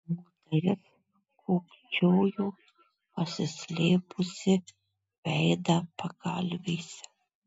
moteris kūkčiojo paslėpusi veidą pagalvėse